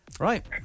Right